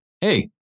Hey